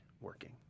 working